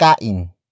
Kain